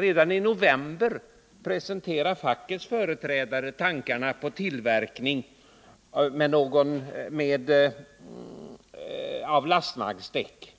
Redan i november presenterade fackets företrädare tanken på tillverkning av lastvagnsdäck.